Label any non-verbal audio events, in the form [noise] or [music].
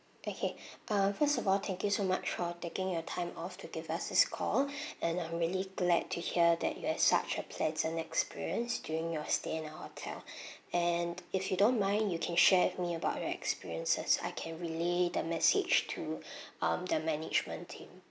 okay uh first of all thank you so much for taking your time off to give us this call [breath] and I'm really glad to hear that you have such a pleasant experience during your stay in a hotel [breath] and if you don't mind you can share with me about your experiences I can relay the message to [breath] um the management team